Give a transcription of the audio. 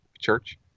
church